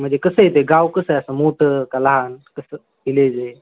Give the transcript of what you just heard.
म्हणजे कसं येतं गाव कसं आहे असं मोठं क लहान कसं व्हिलेज आहे